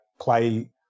play